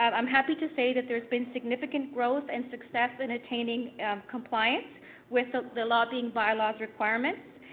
um i'm happy to say that there's been significant growth and success in ataning compliance with ah the lobbying bylaws requirements.